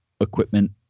equipment